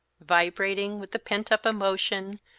vibrating with the pent-up emotion,